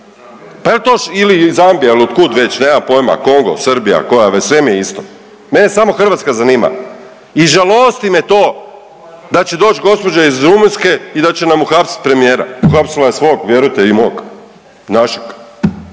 Pa jel ili Zambija jel od kud već nemam pojma Kongo, Srbija koja već sve mi je isto. Mene samo Hrvatska zanima. I žalosti me to da će doć gospođa iz Rumunjske i da će nam uhapsit premijera. Uhapsila je svog, vjerujte i mog, našeg,